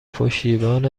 پشتیبان